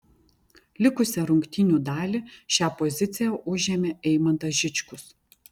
likusią rungtynių dalį šią poziciją užėmė eimantas žičkus